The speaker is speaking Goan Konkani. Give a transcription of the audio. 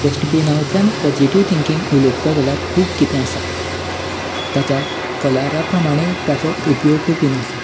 डस्टबीना उतल्यान पोझिटीव थिंकींग उलयतलो जाल्यार खूब कितें आसा ताच्या कलरा प्रमाणें ताचो उपयोग बी आसा